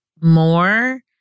more